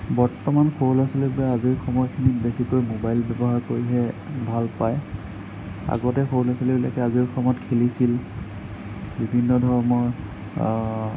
বৰ্তমান সৰু ল'ৰা ছোৱালীবোৰে আজৰি সময়খিনিত বেছিকৈ ম'বাইল ব্যৱহাৰ কৰিহে ভাল পায় আগতে সৰু ল'ৰা ছোৱালীবিলাকে আজৰি সময়ত খেলিছিল বিভিন্ন ধৰণৰ